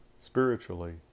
spiritually